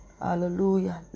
Hallelujah